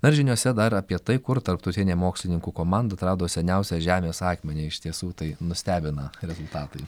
na ir žiniose dar apie tai kur tarptautinė mokslininkų komanda atrado seniausią žemės akmenį iš tiesų tai nustebina rezultatai